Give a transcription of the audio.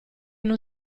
non